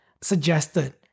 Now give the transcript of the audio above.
suggested